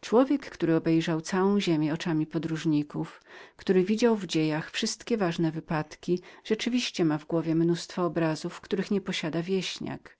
człowiek który obejrzał całą ziemię oczami podróżników który widział w dziejach wszystkie ważne wypadki rzeczywiście ma w głowie mnóstwo obrazów których nie posiada wieśniak